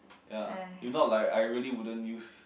ya you not like I really wouldn't use